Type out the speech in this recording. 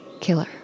Killer